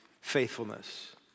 faithfulness